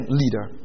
leader